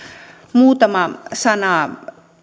muutama sana